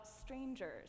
strangers